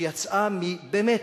שיצאה מבאמת,